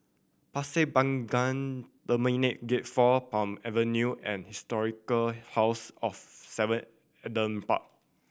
Pasir Panjang Terminal Gate Four Palm Avenue and Historic House of Seven Adam Park